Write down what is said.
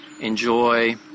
enjoy